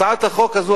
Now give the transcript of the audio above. הצעת החוק הזאת,